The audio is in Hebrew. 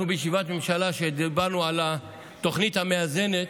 אנחנו, בישיבת הממשלה שדיברנו על התוכנית המאזנת,